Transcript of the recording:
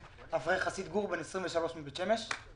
אברך חסיד גור בן 23 מבית שמש,